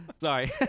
sorry